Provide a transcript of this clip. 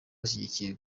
bashyigikiye